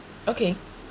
okay